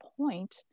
point